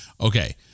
Okay